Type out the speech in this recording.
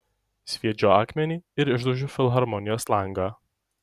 sviedžiu akmenį ir išdaužiu filharmonijos langą